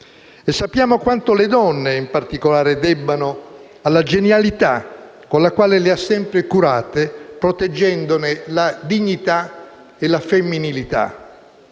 E sappiamo quanto le donne, in particolare, debbano alla genialità con la quale le ha sempre curate, proteggendone la dignità e la femminilità.